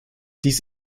dies